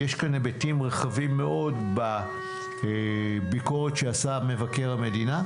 יש כאן היבטים רחבים מאוד בביקורת שעשה מבקר המדינה.